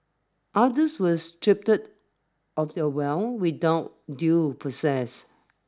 others were stripped of their wealth without due process